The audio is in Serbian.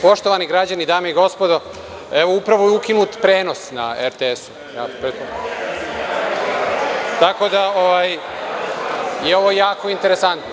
Poštovani građani, dame i gospodo, evo, upravo je ukinut prenos na RTS-u, tako da je ovo jako interesantno.